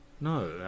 No